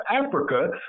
Africa